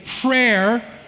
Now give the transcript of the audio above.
prayer